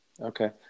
okay